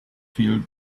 field